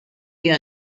più